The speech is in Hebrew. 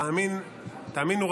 תאמינו,